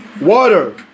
Water